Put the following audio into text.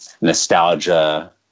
nostalgia